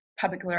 public